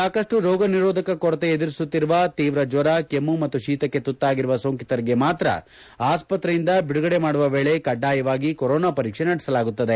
ಸಾಕಷ್ಟು ರೋಗ ನಿರೋಧಕ ಕೊರತೆ ಎದುರಿಸುತ್ತಿರುವ ತೀವ್ರ ಜ್ವರ ಕೆಮ್ಮು ಮತ್ತು ಶೀತಕ್ಕೆ ತುತ್ತಾಗಿರುವ ಸೋಂಕಿತರಿಗೆ ಮಾತ್ರ ಆಸ್ಪತ್ರೆಯಿಂದ ಬಿಡುಗಡೆ ಮಾಡುವ ವೇಳೆ ಕಡ್ಡಾಯವಾಗಿ ಕೊರೋನಾ ಪರೀಕ್ಷೆ ನಡೆಸಲಾಗುತ್ತದೆ